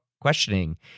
questioning